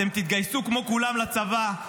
אתם תתגייסו כמו כולם לצבא,